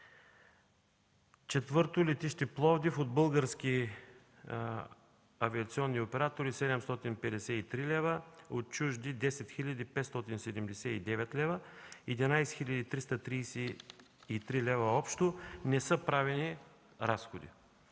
Бургас”. Летище Пловдив: от български авиационни оператори – 753 лв.; от чужди – 10 579 лв.; 11 333 лв. – общо; не са правени разходи.